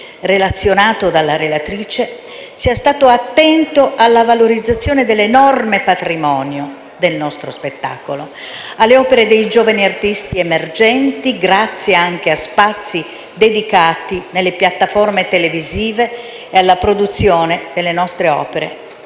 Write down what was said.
relazionato dalla relatrice, sia stato attento alla valorizzazione dell'enorme patrimonio del nostro spettacolo, alle opere dei giovani artisti emergenti, grazie anche a spazi dedicati nelle piattaforme televisive e alla produzione delle nostre opere